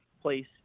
place